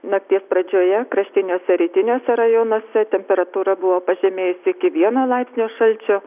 nakties pradžioje kraštiniuose rytiniuose rajonuose temperatūra buvo pažemėjus iki vieno laipsnio šalčio